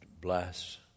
bless